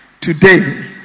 today